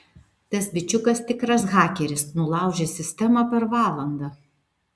tas bičiukas tikras hakeris nulaužė sistemą per valandą